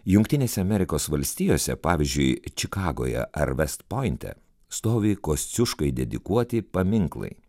jungtinėse amerikos valstijose pavyzdžiui čikagoje ar vest pointe stovi kosciuškai dedikuoti paminklai